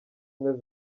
ubumwe